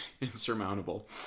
Insurmountable